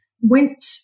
went